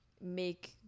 make